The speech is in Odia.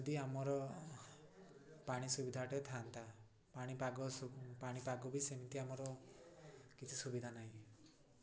ଯଦି ଆମର ପାଣି ସୁବିଧାଟେ ଥାଆନ୍ତା ପାଣି ପାଗ ପାଣି ପାଗ ବି ସେମିତି ଆମର କିଛି ସୁବିଧା ନାହିଁ